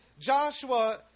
Joshua